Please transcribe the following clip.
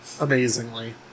amazingly